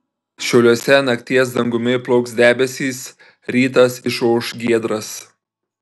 šiauliuose nakties dangumi plauks debesys rytas išauš giedras